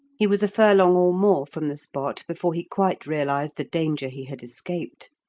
he was a furlong or more from the spot before he quite realized the danger he had escaped.